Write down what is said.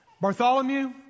Bartholomew